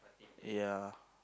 ya